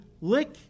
lick